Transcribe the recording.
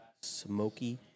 smoky